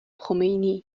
خمینی